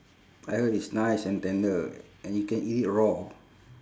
I heard it's nice and tender and you can eat it raw